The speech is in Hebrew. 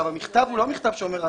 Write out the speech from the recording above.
המכתב הוא לא מכתב שאומר,